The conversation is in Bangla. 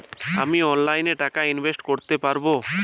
আমি অনলাইনে টাকা ইনভেস্ট করতে পারবো?